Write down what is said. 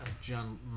John